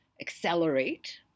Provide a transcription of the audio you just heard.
accelerate